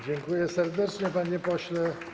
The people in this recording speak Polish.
Dziękuję serdecznie, panie pośle.